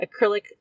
acrylic